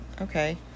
okay